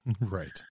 Right